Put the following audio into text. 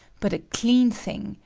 but a clean thing,